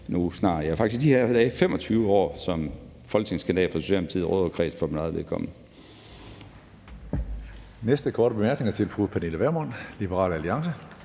næste korte bemærkning er til fru Pernille Vermund, Liberal Alliance.